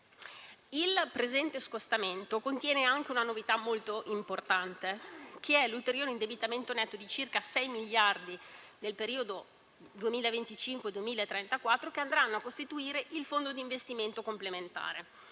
Il presente scostamento contiene anche una novità molto importante, che è l'ulteriore indebitamento netto di circa 6 miliardi nel periodo 2025-2034, che andranno a costituire il fondo di investimento complementare.